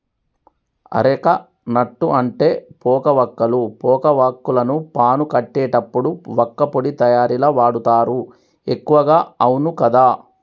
areca nut అంటే పోక వక్కలు, పోక వాక్కులను పాను కట్టేటప్పుడు వక్కపొడి తయారీల వాడుతారు ఎక్కువగా అవును కదా